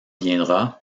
viendra